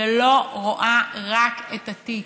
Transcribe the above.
ולא רואה רק את התיק,